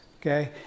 okay